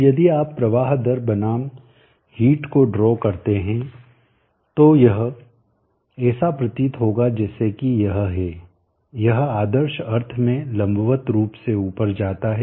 तो यदि आप प्रवाह दर बनाम हीट को ड्रा करते है तो यह ऐसा प्रतीत होगा जैसे कि यह है यह आदर्श अर्थ में लंबवत रूप से ऊपर जाता है